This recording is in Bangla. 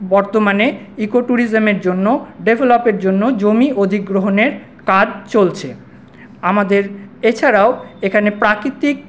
বর্তমানে ইকোট্যুরিজমের জন্য ডেভলপের জন্য জমি অধিগ্রহনের কাজ চলছে আমাদের এছাড়াও এখানে প্রাকৃতিক